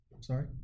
Sorry